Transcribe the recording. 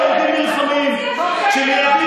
שיהודים ייטבחו בששון, אבל לא, היהודים נלחמים.